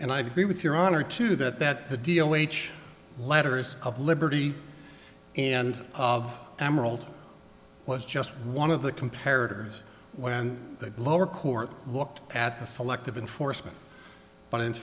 and i agree with your honor to that that the d o h a letters of liberty and of emerald was just one of the compared when the lower court looked at the selective enforcement but in